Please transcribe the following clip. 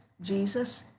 Jesus